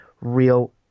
real